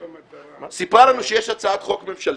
יולי סיפרה לנו שיש הצעת חוק ממשלתית,